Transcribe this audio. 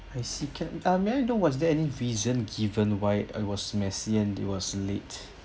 I see can you uh may I know was there any reason given why it was messy and they was late